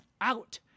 out